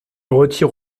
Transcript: retire